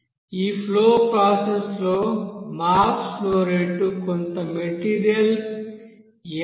ఈ flow process లో mass flow rate కొంత మెటీరియల్ m1